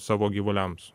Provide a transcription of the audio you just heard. savo gyvuliams